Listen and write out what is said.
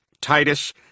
Titus